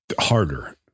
harder